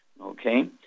okay